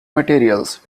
materials